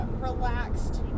relaxed